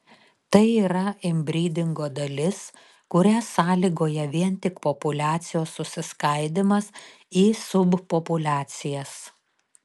tai yra inbrydingo dalis kurią sąlygoja vien tik populiacijos susiskaidymas į subpopuliacijas